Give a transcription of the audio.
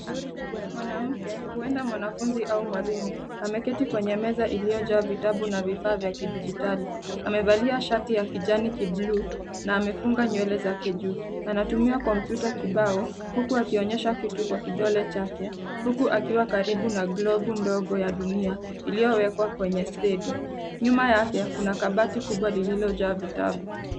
Mwanamke. Huenda mwanafunzi au mwalimu ameketi kwenye meza iliyojaa vitabu na vifaa vya kidigitali. Amevalia shati ya kijani kibuluu na amefunga nywele zake juu. Anatumia kompyuta kibao huku akionyesha kitu kwa kidole chake huku akiwa karibu na Globu ndogo ya Dunia iliyowekwa kwenye stendi. Nyuma yake kuna kabati kubwa lililojaa vitabu.